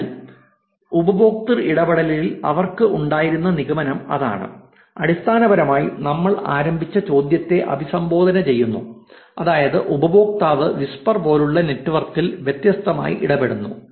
അതിനാൽ ഉപയോക്തൃ ഇടപെടലിൽ അവർക്ക് ഉണ്ടായിരുന്ന നിഗമനം അതാണ് അടിസ്ഥാനപരമായി നമ്മൾ ആരംഭിച്ച ചോദ്യത്തെ അഭിസംബോധന ചെയ്യുന്നു അതായത് ഉപയോക്താവ് വിസ്പർ പോലുള്ള നെറ്റ്വർക്കിൽ വ്യത്യസ്തമായി ഇടപെടുന്നു